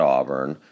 Auburn